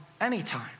anytime